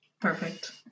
Perfect